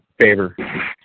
Favor